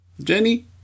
Jenny